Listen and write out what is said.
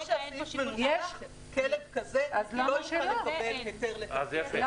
אם יש כלב כזה לא ישקלו לקבל היתר לתצפית בית.